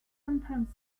sometimes